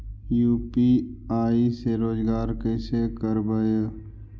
UPI से रोजगार कैसे करबय?